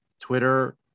Twitter